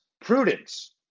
prudence